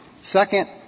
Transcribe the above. Second